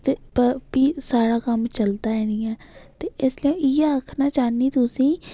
ते फ्ही साढ़ा कम्म चलगै गै निं ऐ ते इसलेई इ'यै आखना चाहन्नी तुसेंगी